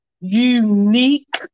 unique